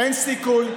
אין סיכוי,